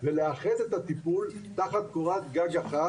ולאחד את הטיפול תחת קורת גג אחת.